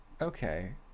Okay